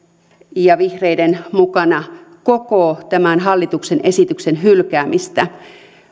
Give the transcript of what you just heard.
ja vihreiden mukana koko tämän hallituksen esityksen hylkäämistä